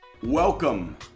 Welcome